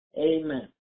Amen